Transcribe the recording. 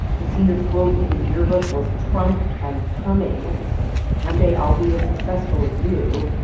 his senior quote in the yearbook was, trump, i'm coming. like, one day i'll be as successful as you.